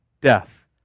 death